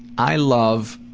i love,